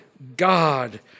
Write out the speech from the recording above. God